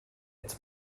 its